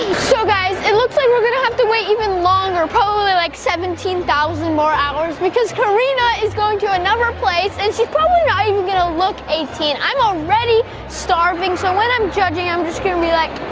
so guys, it looks like we're gonna have to wait even longer, probably like seventeen thousand more hours because karina is going to another place and she's probably not even gonna look eighteen. i'm already starving so when i'm judging i'm just gonna be like,